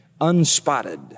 unspotted